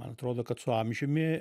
man atrodo kad su amžiumi